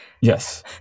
Yes